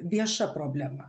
vieša problema